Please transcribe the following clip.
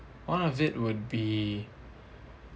one of it would be